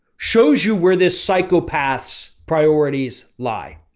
shows you where this psychopaths priorities lie.